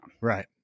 Right